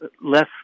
less